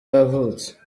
yavutse